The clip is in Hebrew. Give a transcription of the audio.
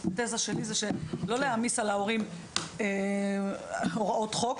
התזה שלי היא לא להעמיס על ההורים הוראות חוק,